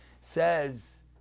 says